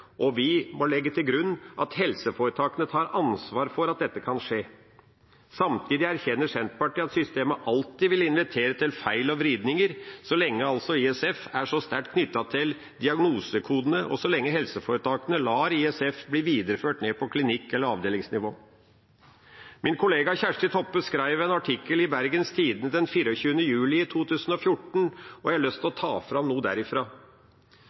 og vi må legge til grunn at helseforetakene tar ansvar for at dette kan skje. Samtidig erkjenner Senterpartiet at systemet alltid vil invitere til feil og vridninger så lenge ISF er så sterkt knyttet til diagnosekodene, og så lenge helseforetakene lar ISF bli videreført ned på klinikk- eller avdelingsnivå. Min kollega Kjersti Toppe skrev en artikkel i Bergens Tidende den 24. juli 2014, og jeg har lyst til å ta fram